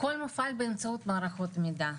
הכל מופעל באמצעות מערכות מידע.